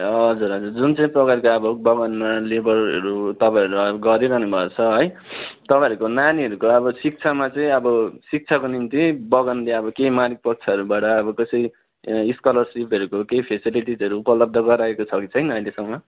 हजुर हजुर जुनचाहिँ प्रकारको अब बगानमा लेबरहरू तपाईँहरूले अब गरिरहनु भएको छ है तपाईँहरूको नानीहरूको अब शिक्षामा चाहिँ अब शिक्षाको निम्ति बगानले अब केही मालिक पक्षहरूबाट अब कसै स्कलरसिपहरूको केही फेसिलिटिजहरू उपलब्ध गराएको छ कि छैन अहिलेसम्म